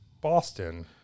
Boston